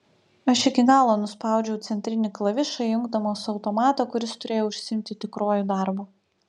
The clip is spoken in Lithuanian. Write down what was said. aš iki galo nuspaudžiau centrinį klavišą įjungdamas automatą kuris turėjo užsiimti tikruoju darbu